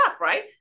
right